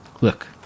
look